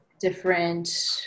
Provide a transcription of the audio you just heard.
different